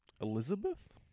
elizabeth